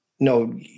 No